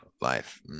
life